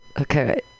Okay